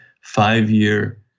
five-year